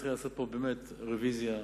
צריכים לעשות פה רוויזיה יסודית.